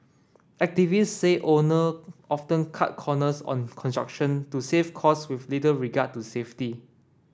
activist say owner often cut corners on construction to save cost with little regard to safety